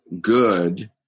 good